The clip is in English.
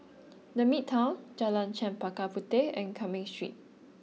the Midtown Jalan Chempaka Puteh and Cumming Street